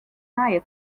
nije